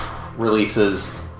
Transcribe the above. releases